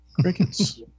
Crickets